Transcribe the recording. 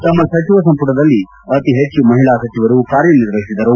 ತಮ್ಮ ಸಚಿವ ಸಂಪುಟದಲ್ಲಿ ಅತಿ ಹೆಚ್ಚು ಮಹಿಳಾ ಸಚಿವರು ಕಾರ್ಯನಿರ್ವಹಿಸಿದರು